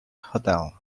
hotel